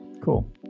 Cool